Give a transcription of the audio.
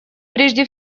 прежде